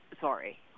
sorry